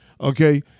okay